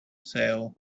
sale